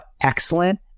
excellent